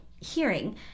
hearing